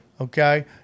okay